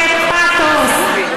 המצביעים שלך, לא רק המצביעים שלי.